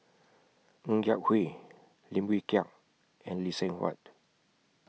Ng Yak Whee Lim Wee Kiak and Lee Seng Huat